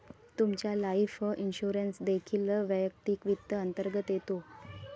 तुमचा life insurance देखील वैयक्तिक वित्त अंतर्गत येतो